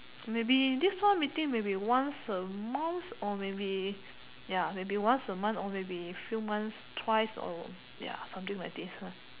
maybe this kind of meeting maybe once a month or maybe ya maybe once a month or maybe few months twice or ya something like this lah